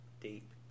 Deep